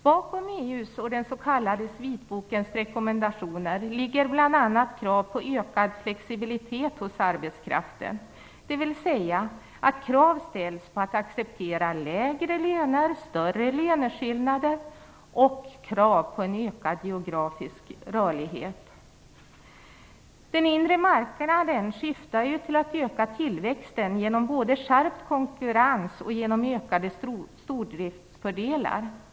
Bakom EU:s och den s.k. vitbokens rekommendationer ligger bl.a. krav på ökad flexibilitet hos arbetskraften, dvs. krav ställs på att acceptera lägre löner, större löneskillnader och på en ökad geografisk rörlighet. Den inre marknaden syftar ju till att öka tillväxten genom både skärpt konkurrens och ökade stordriftsfördelar.